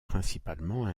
principalement